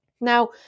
Now